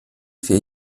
vier